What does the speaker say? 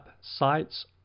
sites